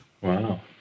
Wow